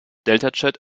deltachat